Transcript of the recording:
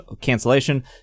cancellation